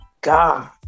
god